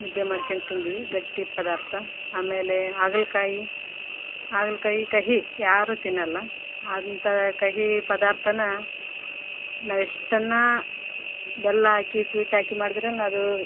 ಮುದ್ದೆ ಮಾಡಿಕೊಂಡ್ ತಿಂದ್ವಿ ಗಟ್ಟಿ ಪದಾರ್ಥ ಆಮೇಲೆ ಹಾಗಲಕಾಯಿ ಹಾಗಲಕಾಯಿ ಕಹಿ ಯಾರು ತಿನ್ನೊಲ್ಲ ಅಂತ ಕಹಿ ಪದಾರ್ಥನ ನಾವು ಎಷ್ಟನ್ನು ಬೆಲ್ಲ ಹಾಕಿ ಸ್ವೀಟ್ ಹಾಕಿ ಮಾಡಿದ್ರು ಅದು